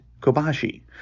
Kobashi